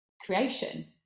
creation